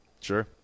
Sure